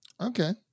Okay